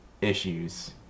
issues